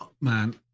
man